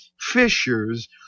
fishers